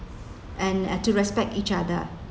and a~ to respect each other